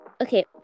okay